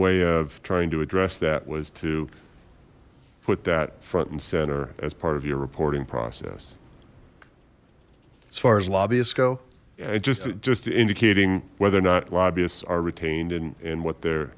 way of trying to address that was to you put that front and center as part of your reporting process as far as lobbyists go it's just just indicating whether or not lobbyists are retained in what their